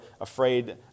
afraid